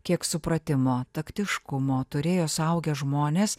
kiek supratimo taktiškumo turėjo suaugę žmonės